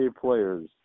players